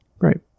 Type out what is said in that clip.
Right